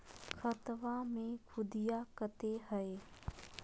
खतबा मे सुदीया कते हय?